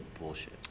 bullshit